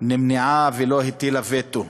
נמנעה ולא הטילה וטו.